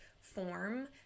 form